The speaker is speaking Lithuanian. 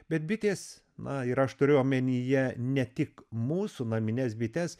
bet bitės na ir aš turiu omenyje ne tik mūsų namines bites